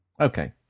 Okay